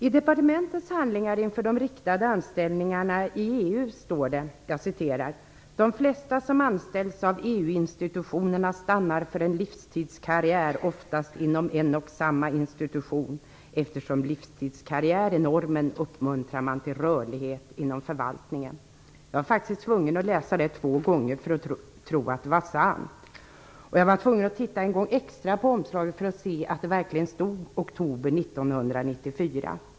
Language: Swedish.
I departementets handlingar inför de riktade anställningarna i EU står det: "De flesta som anställs av EU-institutionerna stannar för en livstidskarriär oftast inom en och samma institution. Eftersom livstidskarriär är normen uppmuntrar man till rörlighet inom förvaltningen." Jag var faktiskt tvungen att läsa det två gånger för att tro att det var sant. Jag var tvungen att titta en gång extra på omslaget för att se att det verkligen stod oktober 1994.